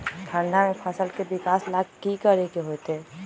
ठंडा में फसल के विकास ला की करे के होतै?